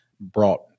brought